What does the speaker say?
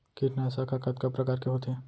कीटनाशक ह कतका प्रकार के होथे?